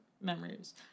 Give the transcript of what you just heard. memories